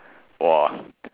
!wah!